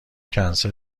کنسل